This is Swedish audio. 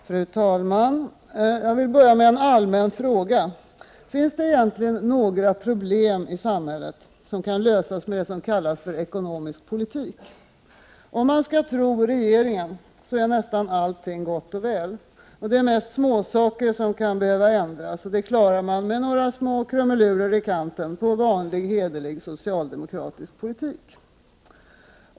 Fru talman! Jag vill börja med en allmän fråga: Finns det egentligen några problem i samhället som kan lösas med det som kallas ekonomisk politik? Om man skall tro regeringen är nästan allting gott och väl. Det är mest småsaker som kan behöva ändras. Det klaras med några små krumelurer i kanten på vanlig hederlig socialdemokratisk politik.